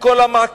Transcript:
עם כל המעקבים,